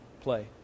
play